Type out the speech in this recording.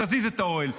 תזיז את האוהל.